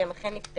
והם אכן נפתחו.